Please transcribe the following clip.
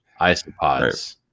isopods